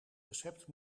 recept